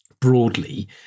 broadly